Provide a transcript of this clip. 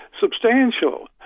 substantial